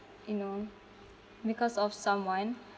you know because of someone